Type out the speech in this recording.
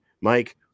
Mike